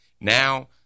Now